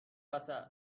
وسط